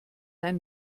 ein